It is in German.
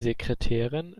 sekretärin